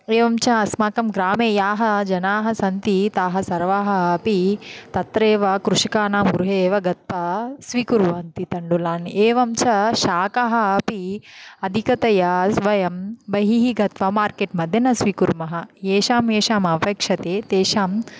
एवञ्च अस्माकं ग्रामे याः जनाः सन्ति ताः सर्वाः अपि तत्र एव कृषिकानां गृहे एव गत्वा स्वीकुर्वन्ति तण्डुलान् एवञ्च शाकाः अपि अधिकतया वयं बहिः गत्वा मार्केट् मध्ये न स्वीकुर्मः येषां येषां अपेक्षते तेषां